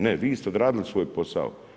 Ne, vi ste odradili svoj posao.